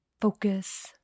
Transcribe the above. focus